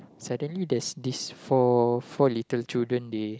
suddenly there's this four four little children they